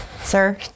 Sir